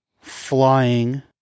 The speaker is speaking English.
flying